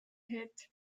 hit